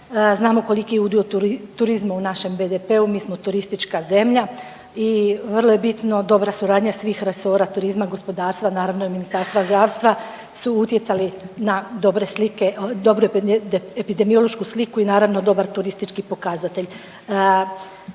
Znamo koliki je udio turizma u našem BDP-u, mi smo turistička zemlja i vrlo je bitno dobra suradnja svih resora turizma, gospodarstva, naravno i Ministarstva zdravstva su utjecali na dobru epidemiološku sliku i naravno dobar turistički pokazatelj.